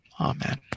Amen